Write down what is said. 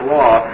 law